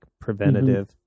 preventative